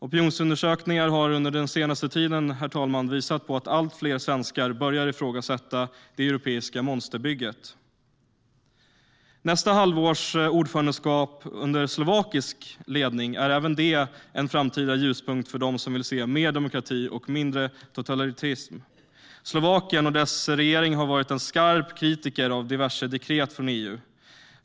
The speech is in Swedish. Opinionsundersökningar har den senaste tiden visat att allt fler svenskar börjar ifrågasätta det europeiska monsterbygget, herr talman. Nästa halvårs ordförandeskap, under slovakisk ledning, är även det en framtida ljuspunkt för dem som vill se mer demokrati och mindre totalitarism. Slovakien och dess regering har varit en skarp kritiker av diverse dekret från EU.